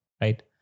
right